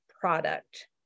product